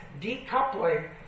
decoupling